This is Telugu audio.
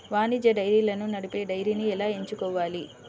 వాణిజ్య డైరీలను నడిపే డైరీని ఎలా ఎంచుకోవాలి?